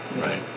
Right